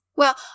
Well